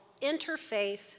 Interfaith